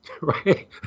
right